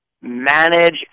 manage